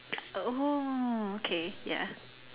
oh okay ya